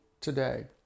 today